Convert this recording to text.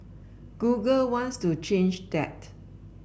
Google wants to change that